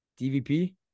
DVP